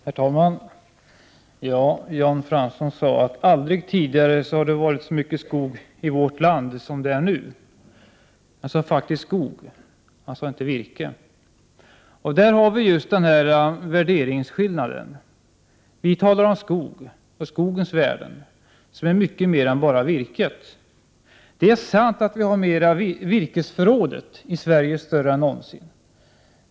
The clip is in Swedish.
Herr talman! Jan Fransson sade att det aldrig tidigare funnits så mycket skog i vårt land som nu. Han sade faktiskt ”skog”, inte ”virke”. Här har vi skillnaden i värderingarna. Vi talar om skogen och skogens värden, som är mycket mer än bara virket. Det är riktigt att virkesförrådet i Sverige nu är större än någonsin.